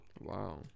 Wow